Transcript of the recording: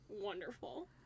wonderful